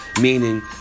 meaning